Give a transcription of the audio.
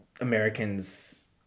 americans